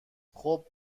خوب